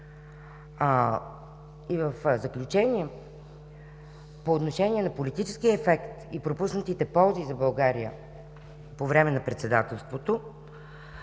И в заключение, по отношение на политическия ефект и пропуснатите ползи за България по време на председателството,